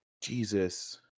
Jesus